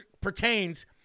pertains